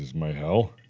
my hell?